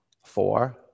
four